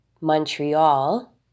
Montreal